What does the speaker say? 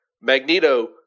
Magneto